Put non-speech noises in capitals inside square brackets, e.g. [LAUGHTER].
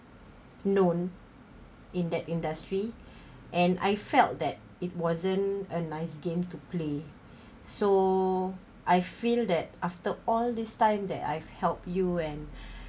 known in that industry [BREATH] and I felt that it wasn't a nice game to play [BREATH] so I feel that after all this time that I've help you and [BREATH]